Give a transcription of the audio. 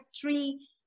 three